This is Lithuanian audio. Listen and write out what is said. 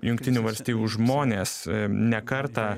jungtinių valstijų žmonės ne kartą